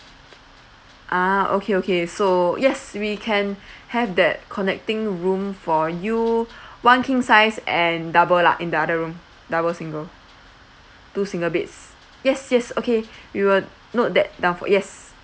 ah okay okay so yes we can have that connecting room for you one king size and double lah in the other room double single two single beds yes yes okay we will note that down for yes